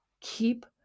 Keep